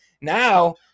Now